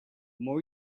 more